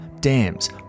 dams